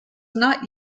not